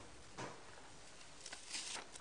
הנושא: